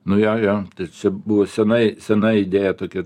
nu jo jo tai čia buvo senai sena idėja tokia